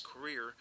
career